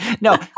No